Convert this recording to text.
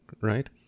right